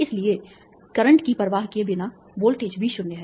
इसलिए करंट की परवाह किए बिना वोल्टेज V0 है